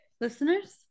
Listeners